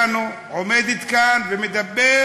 ושרת התרבות לא מפתיעה אותנו, עומדת כאן ומדברת